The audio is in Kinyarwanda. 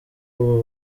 ubu